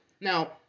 Now